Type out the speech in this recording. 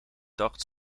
dacht